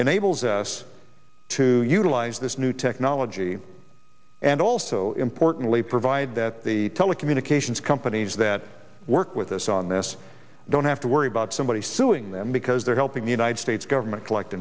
enables us to utilize this new technology and also importantly provide that the telecommunications companies that work with us on this don't have to worry about somebody suing them because they're helping the united states government collect